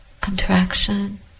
contraction